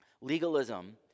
legalism